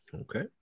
Okay